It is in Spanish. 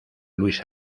luis